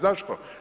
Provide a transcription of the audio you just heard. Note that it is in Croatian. Zašto?